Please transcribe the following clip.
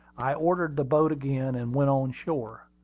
i ordered the boat again, and went on shore.